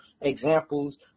examples